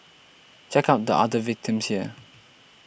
check out the other victims here